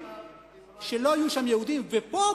ופה,